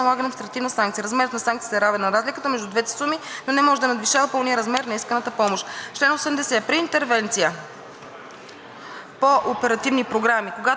налага административна санкция. Размерът на санкцията е равен на разликата между двете суми, но не може да надвишава пълния размер на исканата помощ.